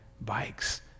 bikes